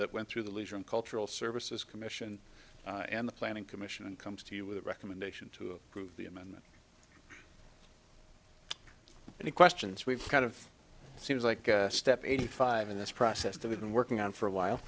that went through the leisure and cultural services commission and the planning commission and comes to you with a recommendation to approve the amendment any questions we've kind of seems like step eighty five in this process that we've been working on for a while